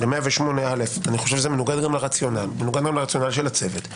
ב-108א וזה מנוגד גם לרציונל של הצדק